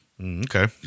Okay